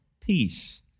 peace